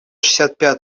шестьдесят